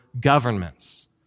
governments